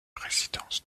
résidence